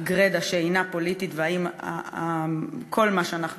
גרידא שאינה פוליטית והאם כל מה שאנחנו